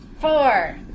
Four